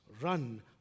Run